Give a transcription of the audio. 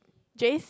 Jays